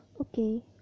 okay